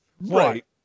Right